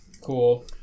Cool